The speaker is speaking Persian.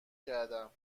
کردم